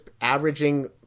averaging